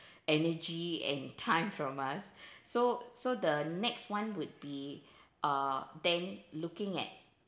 energy and time from us so so the next one would be uh then looking at